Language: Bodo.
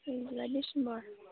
नैजिबा डिसेम्बर